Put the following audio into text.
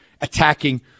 attacking